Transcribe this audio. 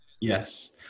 yes